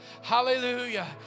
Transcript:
hallelujah